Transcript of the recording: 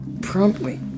Promptly